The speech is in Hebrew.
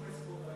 חברי השרים,